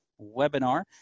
webinar